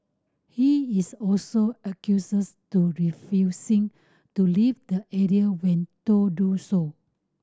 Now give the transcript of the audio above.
he is also accuses to refusing to leave the area when told do so